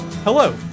Hello